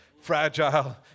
fragile